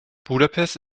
budapest